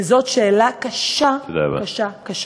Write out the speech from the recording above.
וזאת שאלה קשה, קשה, קשה.